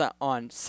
on